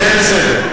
זה יהיה בסדר.